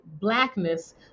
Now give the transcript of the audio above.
Blackness